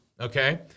Okay